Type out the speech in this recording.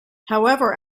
however